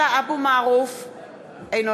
(קוראת בשמות חברי הכנסת) עבדאללה אבו מערוף,